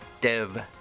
Dev